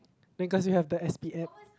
then cause you have the S_P App